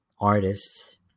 artists